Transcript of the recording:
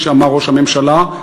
כפי שאמר ראש הממשלה,